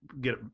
get